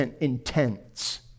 intense